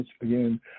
again